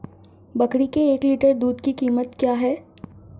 बकरी के एक लीटर दूध की कीमत क्या है?